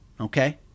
okay